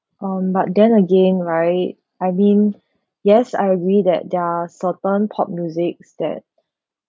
um but then again right I mean yes I agree that there are certain pop musics that